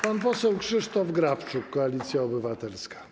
Pan poseł Krzysztof Grabczuk, Koalicja Obywatelska.